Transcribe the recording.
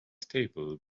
stable